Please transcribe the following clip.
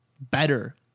better